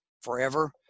forever